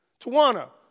Tawana